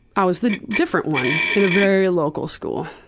i was the different one, in a very local school.